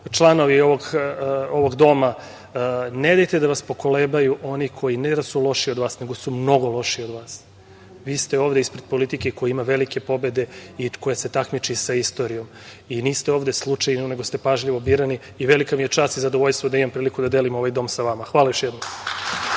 članovi ovog doma. Ne dajte da vas pokolebaju oni koji, ne da su lošiji od vas, nego su mnogo lošiji od vas. Vi ste ovde ispred politike koja ima velike pobede i koja se takmiči sa istorijom. Niste ovde slučajno, nego ste pažljivo birani. Velika mi je čast i zadovoljstvo da imam priliku da delim ovaj dom sa vama. Hvala još jednom.